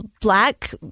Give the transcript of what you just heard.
black